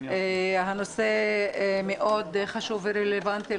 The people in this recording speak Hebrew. הנושא חשוב מאוד ורלוונטי.